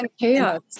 chaos